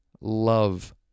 Love